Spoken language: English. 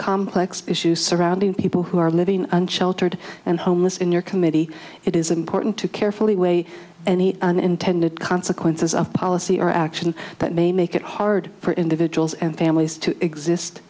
complex issues surrounding people who are living and sheltered and homeless in your committee it is important to carefully weigh any unintended consequences of policy or action that may make it hard for individuals and families to exist